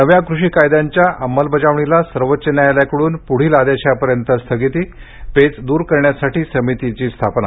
नव्या कृषी कायद्यांच्या अंमलबजावणीला सर्वोच्च न्यायालयाकडून पुढील आदेशापर्यंत स्थगिती पेच दूर करण्यासाठी समितीची स्थापना